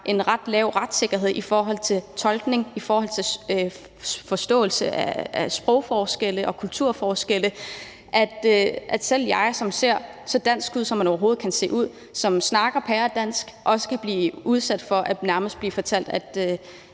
en ret lav retssikkerhed i forhold til tolkning, i forhold til sprogforståelse og forståelse af kulturforskelle, kan selv jeg, som ser så dansk ud, som man overhovedet kan se ud, og som snakker pæredansk, også blive udsat for nærmest at blive fortalt, at